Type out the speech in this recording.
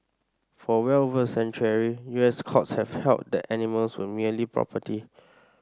for well over a century U S courts have held that animals were merely property